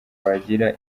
wagira